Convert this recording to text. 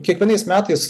kiekvienais metais